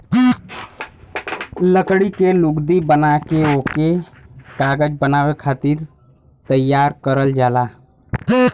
लकड़ी के लुगदी बना के ओके कागज बनावे खातिर तैयार करल जाला